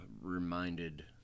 reminded